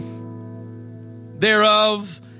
thereof